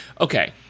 Okay